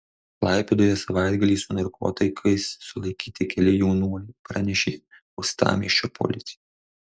klaipėdoje savaitgalį su narkotikais sulaikyti keli jaunuoliai pranešė uostamiesčio policija